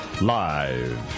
Live